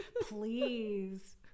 please